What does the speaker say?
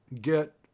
get